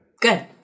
Good